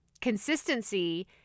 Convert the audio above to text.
consistency